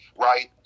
right